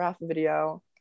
video